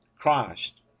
Christ